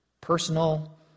personal